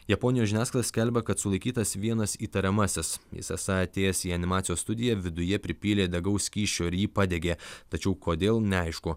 japonijos žiniasklaida skelbia kad sulaikytas vienas įtariamasis jis esą atėjęs į animacijos studiją viduje pripylė degaus skysčio ir jį padegė tačiau kodėl neaišku